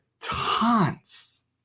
tons